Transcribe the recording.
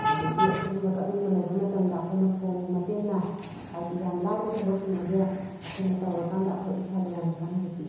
ꯑꯗꯒꯤ ꯑꯁꯨꯒꯨꯝꯕ ꯀꯛꯅꯤꯡꯕ ꯂꯩꯕ ꯃꯇꯝꯗ ꯑꯩꯈꯣꯏꯅ ꯐꯣꯟꯒꯤ ꯃꯇꯦꯡꯅ ꯍꯥꯏꯗꯤ ꯌꯥꯝ ꯂꯥꯏꯅ ꯊꯕꯛꯁꯤꯡ ꯑꯁꯦ ꯑꯩꯈꯣꯏꯅ ꯇꯧꯔꯀꯥꯟꯗ ꯑꯩꯈꯣꯏ ꯏꯁꯥꯗ ꯌꯥꯝꯅ ꯀꯥꯟꯅꯕ ꯄꯤ